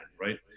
right